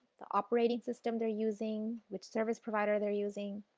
the operating system they are using, which service provider they are using